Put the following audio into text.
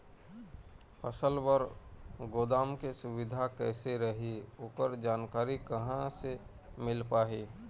फसल बर गोदाम के सुविधा कैसे रही ओकर जानकारी कहा से मिल पाही?